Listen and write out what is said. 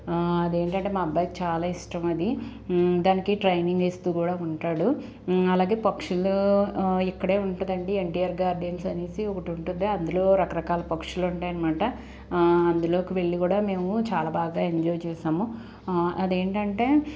అదేంటంటే మా అబ్బాయికి చాలా ఇష్టమది దానికి ట్రైనింగ్ ఇస్తూ కూడా ఉంటాడు అలాగే పక్షులు ఇక్కడే ఉంటాదండి ఎంటీఆర్ గార్డెన్స్ అనేసి ఒకటుంటుంది అందులో రకరకాల పక్షులుంటాయనమాట అందులోకి వెళ్ళి కూడా మేము చాలా బాగా ఎంజాయ్ చేసాము అదేంటంటే